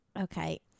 Okay